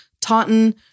Taunton